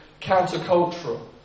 countercultural